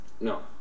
No